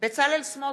בצלאל סמוטריץ,